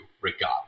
regardless